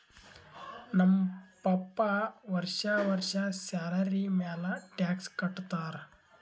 ನಮ್ ಪಪ್ಪಾ ವರ್ಷಾ ವರ್ಷಾ ಸ್ಯಾಲರಿ ಮ್ಯಾಲ ಟ್ಯಾಕ್ಸ್ ಕಟ್ಟತ್ತಾರ